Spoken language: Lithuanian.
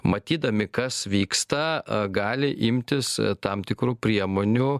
matydami kas vyksta gali imtis tam tikrų priemonių